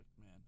man